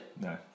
No